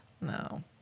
No